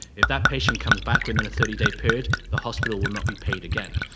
if that patient comes back within a thirty day period the hospital will not be paid again.